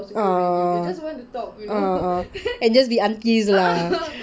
uh and just be aunties lah